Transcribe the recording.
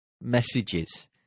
messages